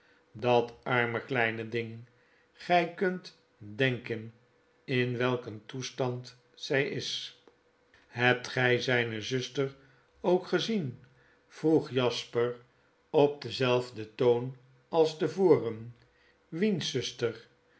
dat arme kleine ding gg kunt denken in welk een toestand zg is hebt gg zgne zuster ook gezien vroeg jasper op denzelfden toon als te voren